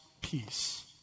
peace